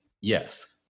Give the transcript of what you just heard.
Yes